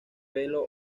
pelo